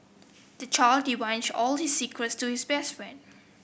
the child divulged all his secrets to his best friend